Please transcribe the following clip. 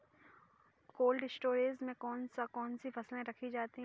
Cold storage में कौन कौन सी फसलें रखी जाती हैं?